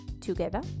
together